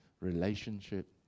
Relationship